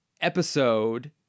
episode